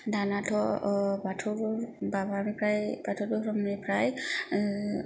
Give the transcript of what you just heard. दानाथ' बाथौ माबानिफ्राय बाथौ धोरोमनिफ्राय